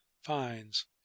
finds